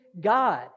God